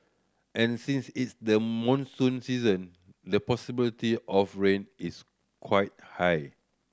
and since it's the monsoon season the possibility of rain is quite high